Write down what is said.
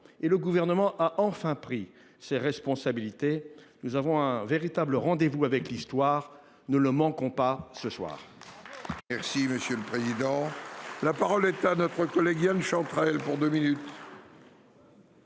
! Le Gouvernement a enfin pris ses responsabilités. Nous avons un véritable rendez vous avec l’histoire. Ne le manquons pas ce soir